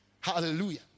Hallelujah